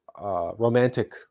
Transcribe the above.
romantic